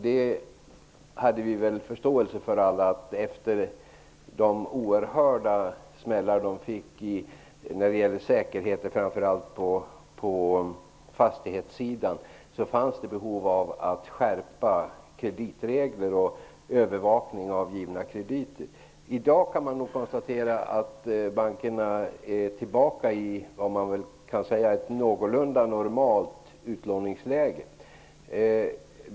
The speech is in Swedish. Det hade vi väl alla förståelse för efter de smällar de fick när det gällde säkerheter framför allt på fastighetssidan. Det fanns behov av att skärpa kreditregler och övervakning av givna krediter. Man kan nog konstatera att bankerna i dag är tillbaka i ett någorlunda normalt utlåningsläge.